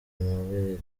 amabere